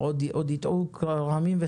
"עוד תטעי כרמים",